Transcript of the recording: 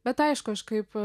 bet aišku aš kaip